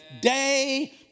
day